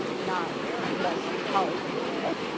not the best colleague in the world.